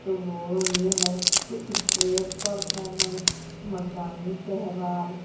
تو وہ یہ ہے کہ اسٹریٹ پرفومنس مقامی تہوار